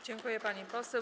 Dziękuję, pani poseł.